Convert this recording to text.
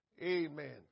amen